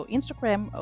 Instagram